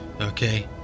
Okay